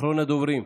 אחרון הדוברים.